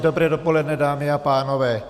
Dobré dopoledne, dámy a pánové.